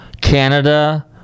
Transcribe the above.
Canada